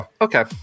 Okay